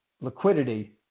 liquidity